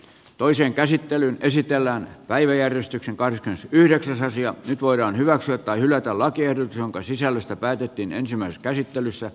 toiseen käsittelyyn esitellään päiväjärjestyksen kanssa yhdeksäs nyt voidaan hyväksyä tai hylätä lakiehdotus jonka sisällöstä päätettiin ensimmäisessä käsittelyssä